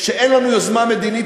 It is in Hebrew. שאין לנו יוזמה מדינית,